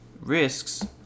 risks